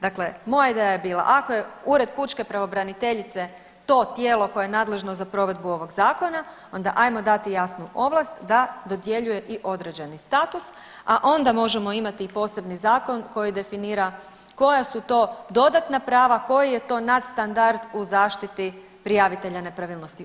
Dakle, moje je da je bila ako je Ured pučke pravobraniteljice to tijelo koje je nadležno za provedbu ovog zakona, onda hajmo dati jasnu ovlast da dodjeljuje i određeni status, a onda možemo imati i posebni zakon koji definira koja su to dodatna prava, koji je to nadstandard u zaštiti prijavitelja nepravilnosti.